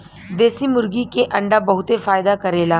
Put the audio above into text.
देशी मुर्गी के अंडा बहुते फायदा करेला